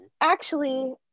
Actually-